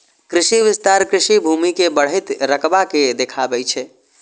कृषि विस्तार कृषि भूमि के बढ़ैत रकबा के देखाबै छै